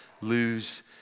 lose